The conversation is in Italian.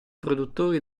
produttori